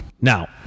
now